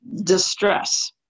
distress